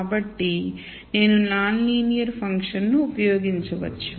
కాబట్టి నేను non linear function ను ఉపయోగించవచ్చు